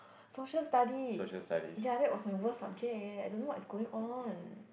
Social Studies ya that was my worst subject eh I don't know what is going on